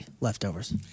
leftovers